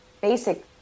basic